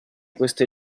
queste